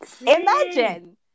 Imagine